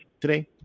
today